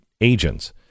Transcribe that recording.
agents